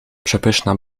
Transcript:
przepyszna